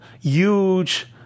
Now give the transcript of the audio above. huge